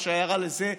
והשיירה לזה,